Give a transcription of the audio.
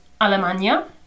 Alemania